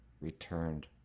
returned